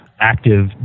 active